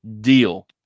deal